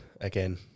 Again